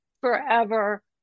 forever